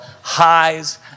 Highs